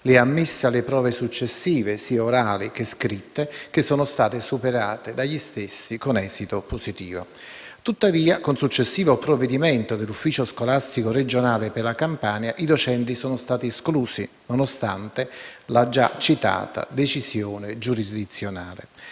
li ha ammessi alle prove successive, sia scritte che orali, che sono state superate dagli stessi con esito positivo. Con successivo provvedimento dell'ufficio scolastico regionale per la Campania, tali docenti sono stati però esclusi, nonostante la già citata decisione giurisdizionale.